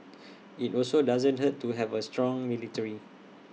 IT also doesn't hurt to have A strong military